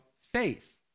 faith